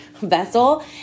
vessel